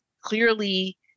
clearly